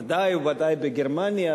בוודאי ובוודאי בגרמניה,